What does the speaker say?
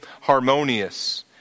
harmonious